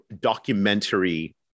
documentary